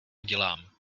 dělám